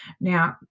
Now